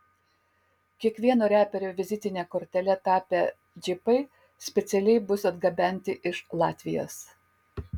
kiekvieno reperio vizitine kortele tapę džipai specialiai bus atgabenti iš latvijos